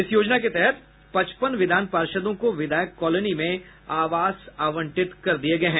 इस योजना के तहत पचपन विधान पार्षदों को विधायक कॉलोनी में आवास आवंटित कर दिये गये हैं